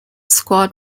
squad